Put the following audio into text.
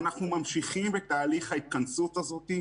ואנחנו ממשיכים את תהליך ההתכנסות הזאת.